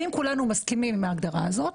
ואם כולנו מסכימים עם ההגדרה הזאת,